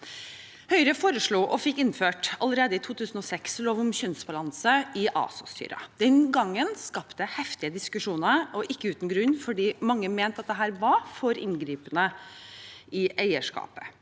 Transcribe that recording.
Høyre foreslo, og fikk innført, lov om kjønnsbalanse i ASA-styrer allerede i 2006. Den gangen skapte det heftige diskusjoner, og ikke uten grunn, fordi mange mente at dette var for inngripende i eierskapet.